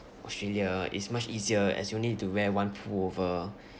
australia is much easier as you'll only need to wear one pullover